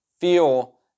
feel